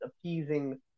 appeasing